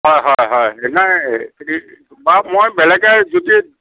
হয় হয় হয় নাই এই বাৰু মই বেলেগে যদি